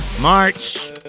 March